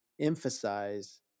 emphasize